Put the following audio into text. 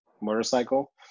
motorcycle